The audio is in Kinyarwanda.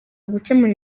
gukemura